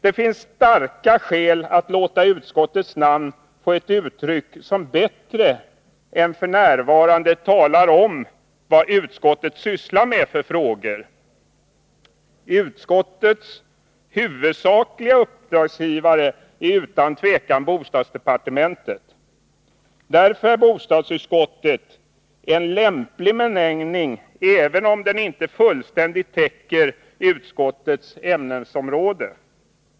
Det finns starka skäl till att låta utskottets namn få ett uttryck som bättre än f.n. talar om vad utskottet sysslar med för frågor. Utskottets huvudsakliga ”uppdragsgivare” är utan tvivel bostadsdepartementet. Därför är bostadsutskottet en lämplig benämning, även om den inte fullständigt täcker utskottets ämnesområde.